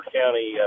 county